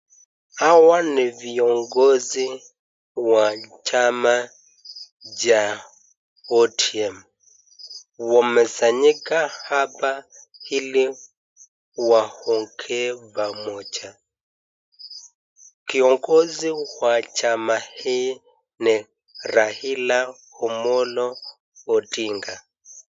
Hawa ni viongozi wa chama cha ODM. Wamesanyika hapa ili waongee pamoja. Kiongozi wa chama hii ni Raila Omollo Odinga.